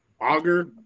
auger